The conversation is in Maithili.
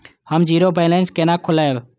हम जीरो बैलेंस केना खोलैब?